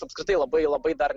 apskritai labai labai dar